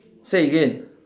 say again